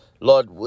Lord